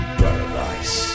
paradise